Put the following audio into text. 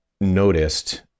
noticed